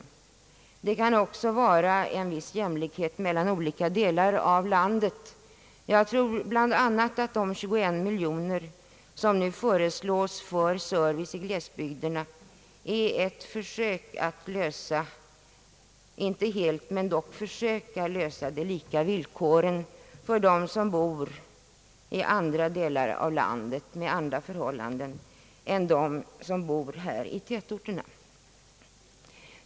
Det kan också vara fråga om jämlikhet mellan olika delar av landet. De 21 miljoner kronor som nu föreslås gå till service i glesbygderna är ett försök att åstadkomma lika villkor för dem som bor i andra delar av landet och med andra förhållanden än i tätorterna.